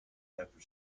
after